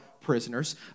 prisoners